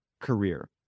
career